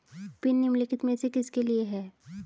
Pin निम्नलिखित में से किसके लिए है?